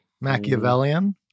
Machiavellian